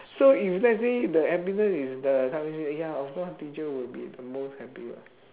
so if let's say the happiness is the currency then ya of course teacher would be the most happy [what]